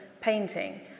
painting